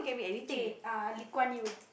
okay uh Lee-Kuan-Yew